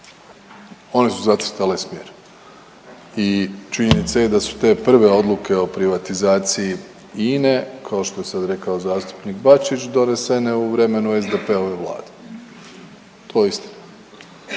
one su zacrtale smjer. I činjenica je da su te prve odluke o privatizaciji INE kao što je sad rekao zastupnik Bačić donesene u vremenu SDP-ove vlade, to je istina.